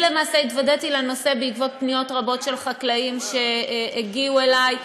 אני התוודעתי לנושא בעקבות פניות רבות של חקלאים שהגיעו אלי,